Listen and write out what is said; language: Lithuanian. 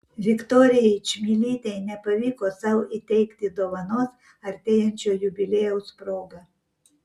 viktorijai čmilytei nepavyko sau įteikti dovanos artėjančio jubiliejaus proga